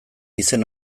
izen